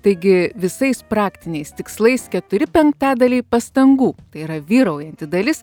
taigi visais praktiniais tikslais keturi penktadaliai pastangų tai yra vyraujanti dalis